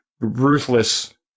ruthless